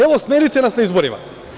Evo, smenite nas na izborima.